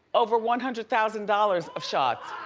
over one hundred thousand dollars of shots.